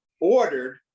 ordered